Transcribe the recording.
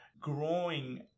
growing